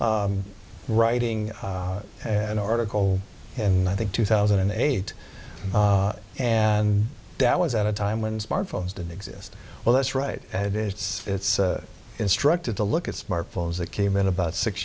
writing an article and i think two thousand and eight and that was at a time when smartphones didn't exist well that's right and it's it's instructive to look at smartphones that came in about six